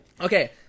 Okay